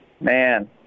Man